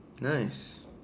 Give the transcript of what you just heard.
Nice